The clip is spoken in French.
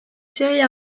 série